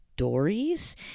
stories